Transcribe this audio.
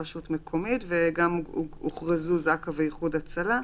רשות מקומית וגם הוכרזו זק"א ואיחוד הצלה.